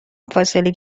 فاصله